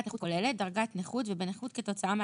"הגדרות פרק שני1 9א. בפרק זה,